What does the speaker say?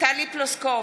טלי פלוסקוב,